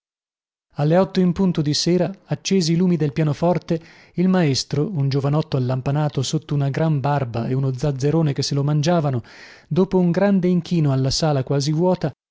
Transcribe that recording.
alle otto in punto di sera accesi i lumi del pianoforte il maestro un giovanotto allampanato sotto una gran barba e uno zazzerone che se lo mangiavano dopo un grande inchino alla sala quasi vuota